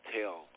tell